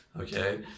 Okay